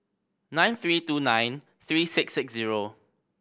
nine three two nine three six six zero